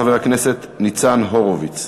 חבר הכנסת ניצן הורוביץ.